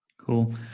Cool